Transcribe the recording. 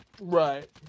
Right